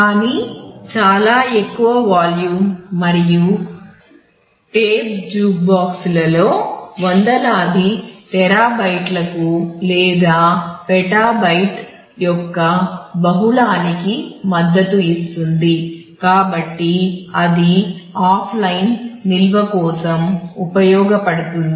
కానీ చాలా ఎక్కువ వాల్యూమ్ నిల్వ కోసం ఉపయోగపడుతుంది